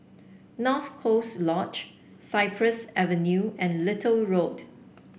North Coast Lodge Cypress Avenue and Little Road